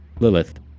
Lilith